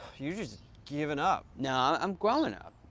you're just giving up. no, i'm growing up.